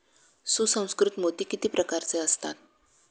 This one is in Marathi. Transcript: सुसंस्कृत मोती किती प्रकारचे असतात?